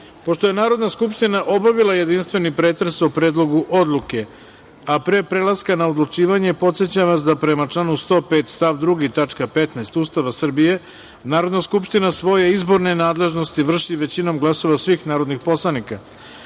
reda. Pošto je Narodna skupština obavila jedinstveni pretres o Predlogu odluke, a pre prelaska na odlučivanje, podsećam vas da, prema članu 105. stav 2. tačka 15) Ustava Srbije, Narodna skupština svoje izborne nadležnosti vrši većinom glasova svih narodnih poslanika. Stavljam